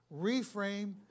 Reframe